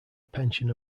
pension